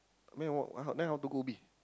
I mean what how then how to go Ubi